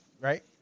right